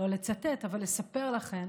לא לצטט, אבל לספר לכם